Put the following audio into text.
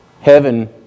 heaven